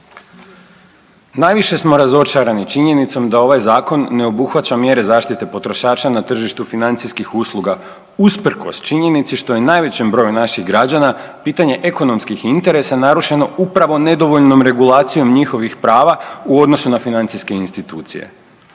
Najviše smo razočarani činjenicom da ovaj Zakon ne obuhvaća mjere zaštite potrošača na tržištu financijskih usluga usprkos činjenici što je najvećem broju naših građana pitanje ekonomskih interesa narušeno upravo nedovoljnom regulacijom njihovih prava u odnosu na financijske institucije.